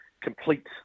complete